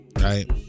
Right